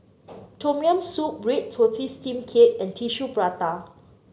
Tom Yam Soup Red Tortoise Steamed Cake and Tissue Prata